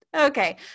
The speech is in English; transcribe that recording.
Okay